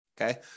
Okay